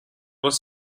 was